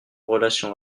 relation